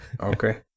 Okay